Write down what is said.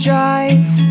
drive